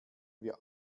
wir